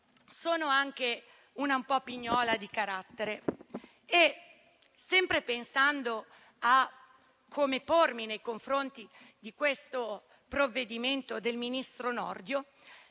sono anche un po' pignola di carattere e, sempre pensando a come pormi nei confronti di questo provvedimento del ministro Nordio,